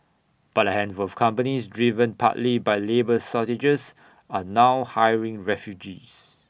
but handful of companies driven partly by labour shortages are now hiring refugees